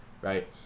right